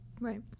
right